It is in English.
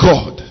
God